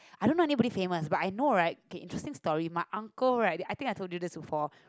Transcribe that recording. I don't know anybody famous but I know right okay interesting story my uncle right I think I told you this before